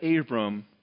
Abram